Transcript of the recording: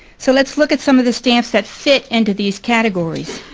so let's look at some of the stamps that fit into these categories.